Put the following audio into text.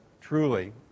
truly